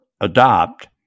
adopt